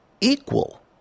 equal